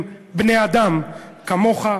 הם בני-אדם כמוך,